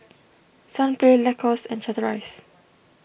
Sunplay Lacostes and Chateraise